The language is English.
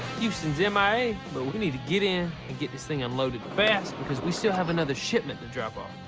houston's m i a, but we need to get in and get this thing unloaded fast because we still have another shipment to drop off.